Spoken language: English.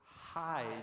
hide